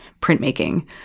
printmaking